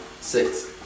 six